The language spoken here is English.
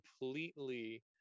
completely